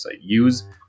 Use